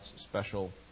special